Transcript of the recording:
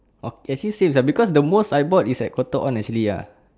okay seem same lah because the most I bought is at Cotton On actually ya